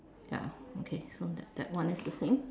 ya okay so that that one is the same